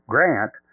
Grant